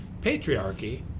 patriarchy